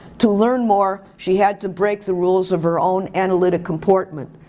to learn more, she had to break the rules of her own analytic compartment.